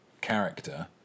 character